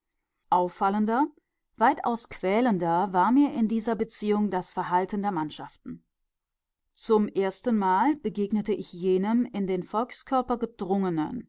auffallender weitaus quälender war mir in dieser beziehung das verhalten der mannschaften zum erstenmal begegnete ich jenem in den volkskörper gedrungenen